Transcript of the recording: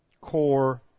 core